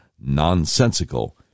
nonsensical